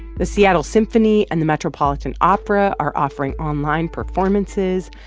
the seattle symphony and the metropolitan opera are offering online performances.